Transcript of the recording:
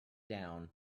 down